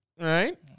right